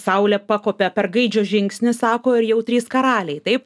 saulė pakopia per gaidžio žingsnį sako ir jau trys karaliai taip